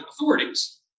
authorities